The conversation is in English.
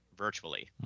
virtually